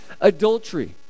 adultery